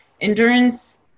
Endurance